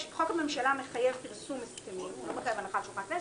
חוק הממשלה מחייב פרסום הסכמים הוא לא מחייב הנחה על שולחן הכנסת,